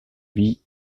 vit